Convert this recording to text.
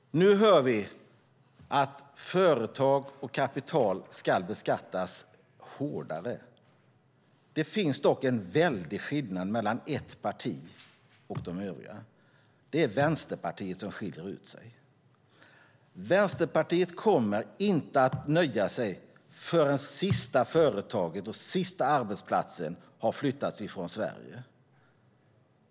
Nu hör vi att företag och kapital ska beskattas hårdare. Det finns dock en väldig skillnad mellan ett parti och de övriga. Det är Vänsterpartiet som skiljer ut sig. Vänsterpartiet kommer inte att nöja sig förrän det sista företaget och den sista arbetsplatsen har flyttats från Sverige.